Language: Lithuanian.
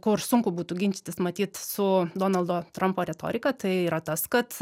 kur sunku būtų ginčytis matyt su donaldo trampo retorika tai yra tas kad